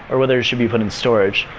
or whether it should be putt in storage.